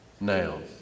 now